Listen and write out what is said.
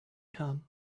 come